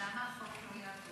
אבל למה החוק לא יעבור?